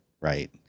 right